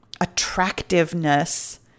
attractiveness